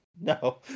no